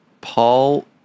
Paul